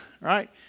Right